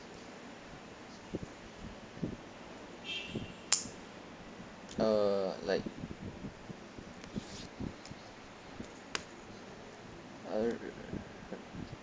uh like I'll